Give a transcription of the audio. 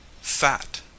fat